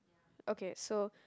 okay so